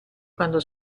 quando